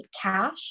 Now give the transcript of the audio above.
cash